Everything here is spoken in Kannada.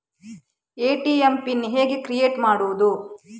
ಎ.ಟಿ.ಎಂ ಪಿನ್ ಹೇಗೆ ಕ್ರಿಯೇಟ್ ಮಾಡುವುದು?